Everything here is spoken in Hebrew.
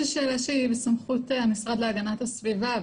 זו שאלה שהיא בסמכות של המשרד להגנת הסביבה.